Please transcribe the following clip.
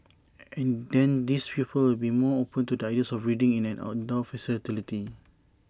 and then these people will be more open to the ideas of breeding in an indoor facility